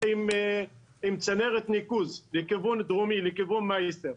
עם צנרת ניקוז לכיוון דרום, לכיוון מייסר.